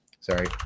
sorry